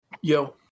Yo